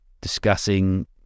discussing